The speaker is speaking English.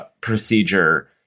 procedure